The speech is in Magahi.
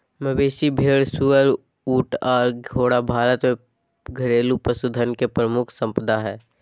मवेशी, भेड़, सुअर, ऊँट आर घोड़ा भारत में घरेलू पशुधन के प्रमुख संपदा हय